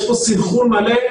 יש פה סנכרון מלא.